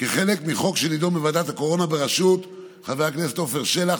כחלק מחוק שנדון בוועדת הקורונה בראשות חבר הכנסת עפר שלח,